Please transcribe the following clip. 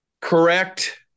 correct